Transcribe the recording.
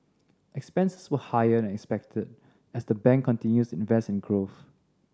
expenses were higher than expected as the bank continues to invest in growth